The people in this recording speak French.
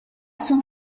son